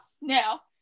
now